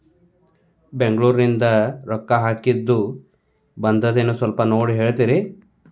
ಬೆಂಗ್ಳೂರಿಂದ ರೊಕ್ಕ ಹಾಕ್ಕಿದ್ದು ಬಂದದೇನೊ ಸ್ವಲ್ಪ ನೋಡಿ ಹೇಳ್ತೇರ?